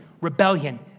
rebellion